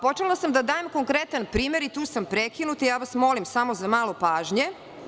Počela sam da dajem konkretan primer, i tu sam prekinuta, ja vas molim samo za malo pažnje.